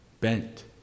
bent